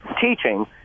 teaching